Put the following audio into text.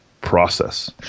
process